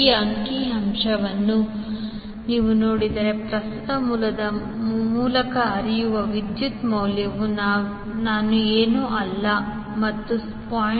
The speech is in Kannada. ಈ ಅಂಕಿ ಅಂಶವನ್ನು ನೀವು ನೋಡಿದರೆ ಪ್ರಸ್ತುತ ಮೂಲದ ಮೂಲಕ ಹರಿಯುವ ವಿದ್ಯುತ್ ಮೌಲ್ಯವು ನಾನು ಏನೂ ಅಲ್ಲ ಮತ್ತು 0